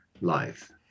life